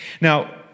Now